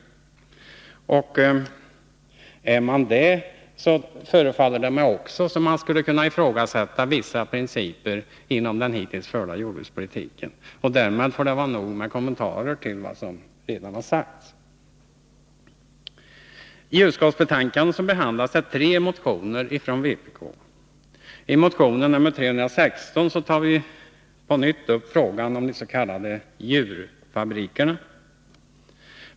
Är man det, förefaller det mig som om man skulle kunna ifrågasätta vissa principer i fråga om den hittills förda jordbrukspolitiken. Med detta får det vara nog med kommentarer till vad som redan sagts här. I motion 316 tar vi på nytt upp frågan om de s.k. djurfabrikerna.